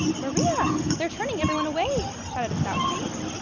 maria! they're turning everyone away! shouted a stout priest.